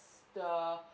the